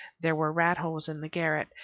there were rat-holes in the garret,